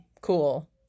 cool